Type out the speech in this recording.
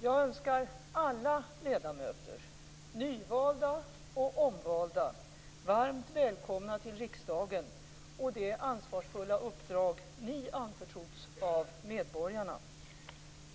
Jag önskar alla ledamöter - nyvalda och omvalda - varmt välkomna till riksdagen och det ansvarsfulla uppdrag ni anförtrotts av medborgarna.